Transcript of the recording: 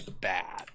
bad